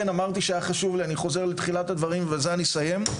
אני חוזר לתחילת הדברים ובזה אני אסיים.